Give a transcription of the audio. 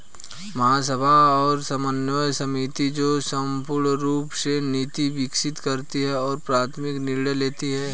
महासभा और समन्वय समिति, जो संयुक्त रूप से नीति विकसित करती है और प्राथमिक निर्णय लेती है